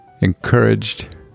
encouraged